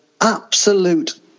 absolute